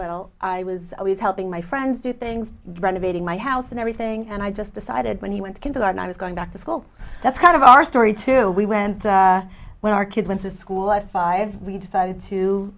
little i was always helping my friends do things renovating my house and everything and i just decided when he went to kindergarten i was going back to school that's kind of our story too we went when our kids went to school at five we decided to